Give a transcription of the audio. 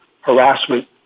harassment